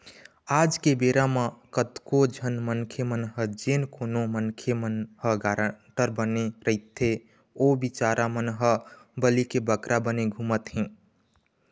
आज के बेरा म कतको झन मनखे मन ह जेन कोनो मनखे मन ह गारंटर बने रहिथे ओ बिचारा मन ह बली के बकरा बने घूमत हें